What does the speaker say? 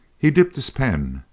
he dipped his pen,